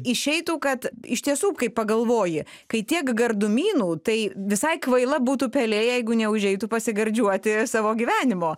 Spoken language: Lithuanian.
išeitų kad iš tiesų kai pagalvoji kai tiek gardumynų tai visai kvaila būtų pelė jeigu neužeitų pasigardžiuoti savo gyvenimo